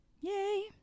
Yay